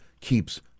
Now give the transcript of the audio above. keeps